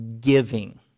giving